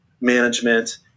Management